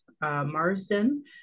Marsden